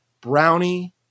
brownie